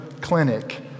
Clinic